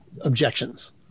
objections